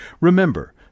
Remember